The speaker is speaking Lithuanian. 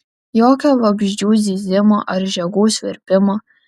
jokio vabzdžių zyzimo ar žiogų svirpimo